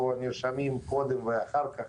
או שנרשמים קודם ואחר כך,